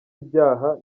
ibyaha